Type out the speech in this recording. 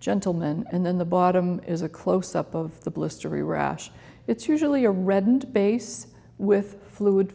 gentleman and then the bottom is a closeup of the blistery rash it's usually a reddened base with fluid